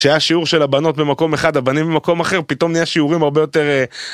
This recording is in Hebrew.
כשהיה שיעור של הבנות במקום אחד הבנים במקום אחר פתאום נהיה שיעורים הרבה יותר